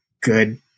good